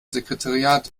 sekretariat